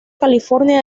california